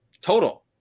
total